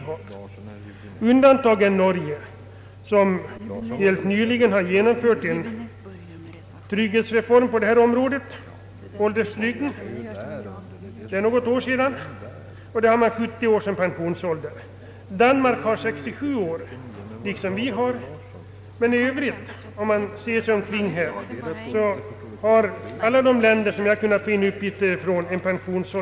Ett undantag är Norge, där man helt nyligen genomfört en trygghetsreform, den s.k. alderstrygden, där pensionsåldern är 70 år. Danmark har liksom vi pensionsåldern 67 år, men i övrigt är pensionsåldern lägre än vår i alla de länder jag kunnat få in uppgifter från.